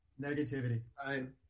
Negativity